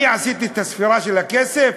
אני עשיתי את הספירה של הכסף,